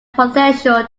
potential